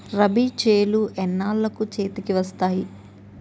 రబీ చేలు ఎన్నాళ్ళకు చేతికి వస్తాయి?